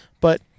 But-